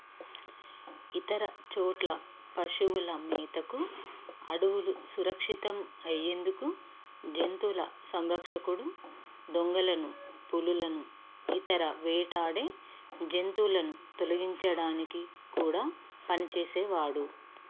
ఇతర చోట్ల పశువుల మేతకు అడవులు సురక్షితం అయ్యేందుకు జంతువుల సంరక్షకుడు దొంగలను పులులను ఇతర వేటాడే జంతువులను తొలగించడానికి కూడా పనిచేసేవాడు